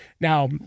now